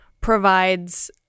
provides